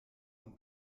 und